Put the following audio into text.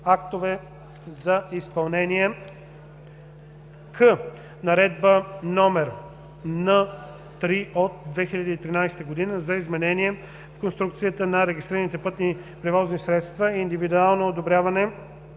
актове за изпълнение; к) Наредба № Н-3 от 2013 г. за изменение в конструкцията на регистрираните пътни превозни средства и индивидуално одобряване